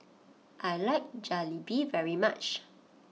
I like Jalebi very much